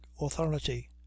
authority